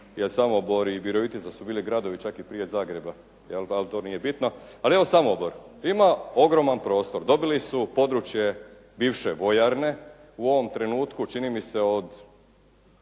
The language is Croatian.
jer Samobor i Virovitica su bili gradovi čak i prije Zagreba, ali to nije bitno. Ali evo, Samobor ima ogroman prostor. Dobili su područje bivše vojarne. U ovom trenutku čini mi se od